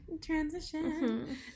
transition